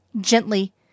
Gently